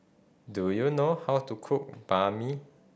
do you know how to cook Banh Mi